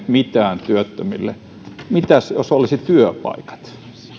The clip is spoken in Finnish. mitään työttömille mitäs jos olisi työpaikat